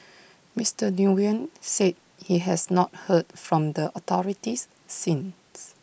Mister Nguyen said he has not heard from the authorities since